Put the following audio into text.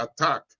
attack